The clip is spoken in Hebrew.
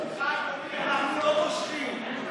סליחה, אדוני, אנחנו לא מושכים.